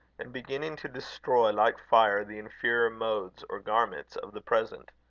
and beginning to destroy like fire the inferior modes or garments of the present?